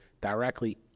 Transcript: directly